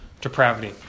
depravity